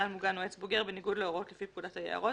מוגן או עץ בוגר בניגוד להוראות לפי פקודת היערות,